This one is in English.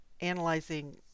analyzing